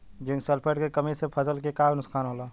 Zinc sulphate के कमी से फसल के का नुकसान होला?